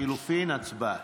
לחלופין, הצבעה.